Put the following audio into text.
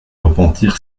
repentir